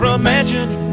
imagine